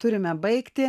turime baigti